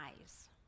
eyes